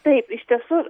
taip iš tiesų